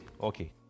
Okay